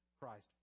Christ